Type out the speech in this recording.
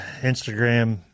instagram